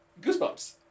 Goosebumps